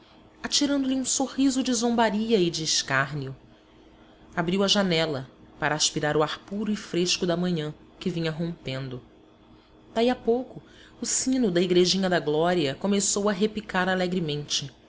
atirando-lhe um sorriso de zombaria e de escárnio abriu a janela para aspirar o ar puro e fresco da manhã que vinha rompendo daí a pouco o sino da igrejinha da glória começou a repicar alegremente